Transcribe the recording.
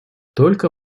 только